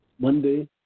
Monday